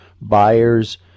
buyers